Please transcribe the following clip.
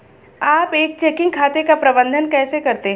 आप एक चेकिंग खाते का प्रबंधन कैसे करते हैं?